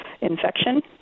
infection